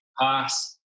pass